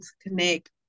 connect